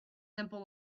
simple